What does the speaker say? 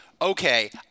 okay